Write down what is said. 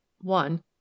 One